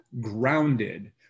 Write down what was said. grounded